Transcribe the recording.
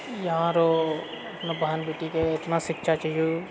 यहाँ अरु अपना बहन बेटीके इतना शिक्षा चाहिऔ